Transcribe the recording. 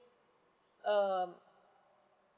um